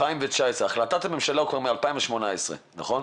החלטת הממשלה היא מ-2018, נכון?